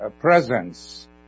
presence